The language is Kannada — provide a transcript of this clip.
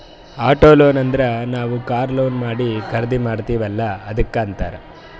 ಆಟೋ ಲೋನ್ ಅಂದುರ್ ನಾವ್ ಕಾರ್ ಲೋನ್ ಮಾಡಿ ಖರ್ದಿ ಮಾಡ್ತಿವಿ ಅಲ್ಲಾ ಅದ್ದುಕ್ ಅಂತ್ತಾರ್